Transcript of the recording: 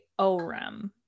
Orem